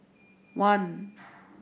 one